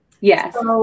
Yes